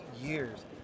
years